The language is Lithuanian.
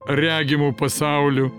regimu pasauliu